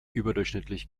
überdurchschnittlich